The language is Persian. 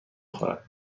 خورد